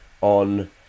on